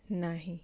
ନାହିଁ